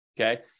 okay